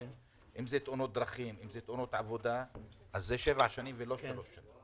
אם אלה תאונות דרכים ואם אלה תאונות עבודה זה שבע שנים ולא שלוש שנים.